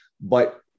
But-